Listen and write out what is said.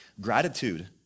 Gratitude